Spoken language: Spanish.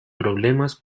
problemas